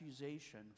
accusation